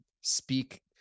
speak